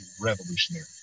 revolutionary